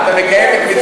בהידור.